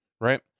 right